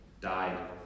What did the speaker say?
died